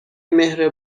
مهر